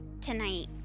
tonight